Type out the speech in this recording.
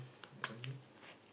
like something